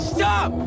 Stop